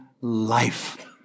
life